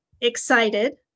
excited